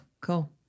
Cool